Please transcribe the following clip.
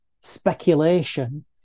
speculation